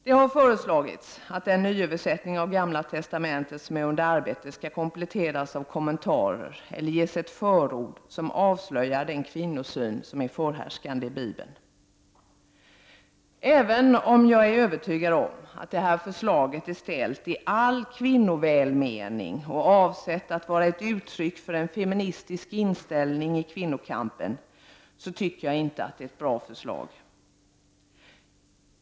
Det har föreslagits att den nyöversättning av Gamla testamentet som är under utarbetande skall kompletteras av kommentarer eller ett förord som avslöjar den kvinnosyn som är förhärskande i Bibeln. Även om jag är övertygad om att det här förslaget är ställt i all kvinnovälmening och avsett att vara ett uttryck för en feministisk inställning i kvinnokampen tycker jag inte att det är ett bra förslag.